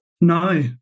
No